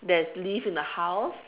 there's lift in the house